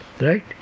right